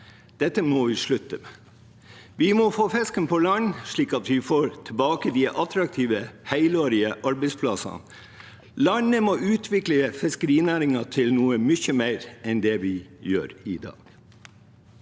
Dette må vi slutte med. Vi må få fisken på land, slik at vi får tilbake de attraktive, helårige arbeidsplassene. Landet må utvikle fiskerinæringen til noe mye mer enn det vi gjør i dag.